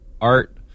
art